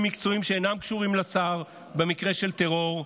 מקצועיים שאינם קשורים לשר במקרה של טרור,